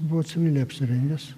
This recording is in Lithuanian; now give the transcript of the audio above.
buvo civiliai apsirengęs